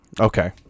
Okay